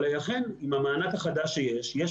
צריך לזכור שה-850 מיליון זה חלק מהמענק וכמובן יש